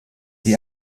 die